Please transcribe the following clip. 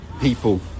people